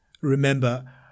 Remember